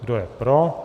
Kdo je pro?